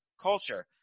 culture